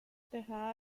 teja